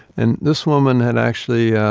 and this woman had actually,